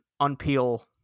unpeel